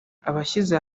abashyize